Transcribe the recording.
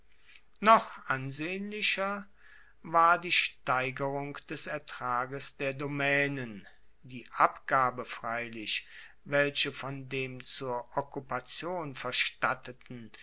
noch ansehnlicher war die steigerung des ertrages der domaenen die abgabe freilich welche von dem zur okkupation verstatteten